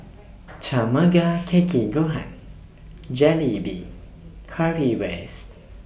Tamago Kake Gohan Jalebi Currywurst